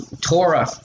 Torah